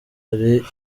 hari